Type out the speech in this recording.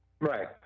Right